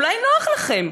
אולי נוח לכם.